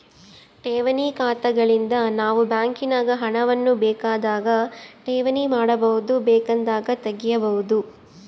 ಠೇವಣಿ ಖಾತೆಗಳಿಂದ ನಾವು ಬ್ಯಾಂಕಿನಾಗ ಹಣವನ್ನು ಬೇಕಾದಾಗ ಠೇವಣಿ ಮಾಡಬಹುದು, ಬೇಕೆಂದಾಗ ತೆಗೆಯಬಹುದು